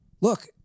Look